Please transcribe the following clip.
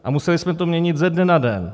A museli jsme to měnit ze dne na den.